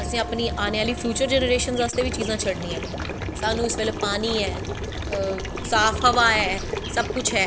असैं अपनी अनें आह्ली फ्यूचर जनरेशन आस्तै बी चीज़ां छड्डनियां न साह्नू इसलै पानी ऐ साफ हवा ऐ सब कुश ऐ